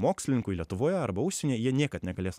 mokslininkui lietuvoje arba užsienyje jie niekad negalės